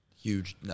huge